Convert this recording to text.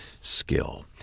skill